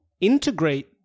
integrate